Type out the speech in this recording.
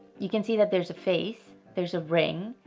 you can see that there's a face, there's a ring,